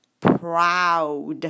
proud